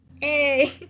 Hey